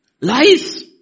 lies